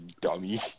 dummy